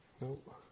Nope